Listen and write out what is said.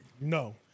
No